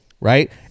right